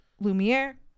Lumiere